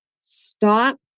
Stop